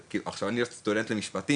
עכשיו אני עוד סטודנט למשפטים,